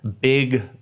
big